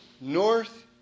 north